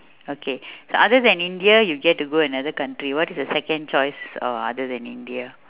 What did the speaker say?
okay so other than india you get to go another country what is a second choice other than india